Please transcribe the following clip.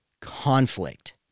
conflict